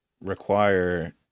require